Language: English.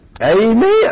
Amen